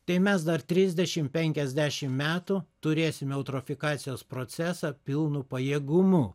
tai mes dar trisdešim penkiasdešim metų turėsim eutrofikacijos procesą pilnu pajėgumu